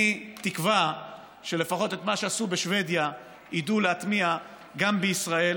אני מקווה שלפחות את מה שעשו בשבדיה ידעו להטמיע גם בישראל,